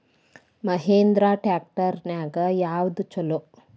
Mahindra tractor ನ್ಯಾಗ ಯಾವ್ದ ಛಲೋ?